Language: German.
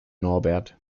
norbert